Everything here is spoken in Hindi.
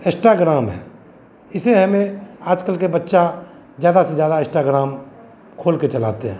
एस्टाग्राम है इसे हमें आज कल के बच्चा ज़्यादा से ज़्यादा इस्टाग्राम खोल कर चलाते हैं